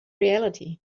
reality